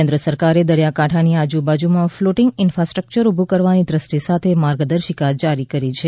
કેન્દ્ર સરકારે દરિયાકાંઠાની આજુબાજુમાં ફ્લોટિંગ ઇન્ફાસ્ટ્રક્યર ઊભું કરવાની દ્રષ્ટિ સાથે માર્ગદર્શિકા જારી કરી છે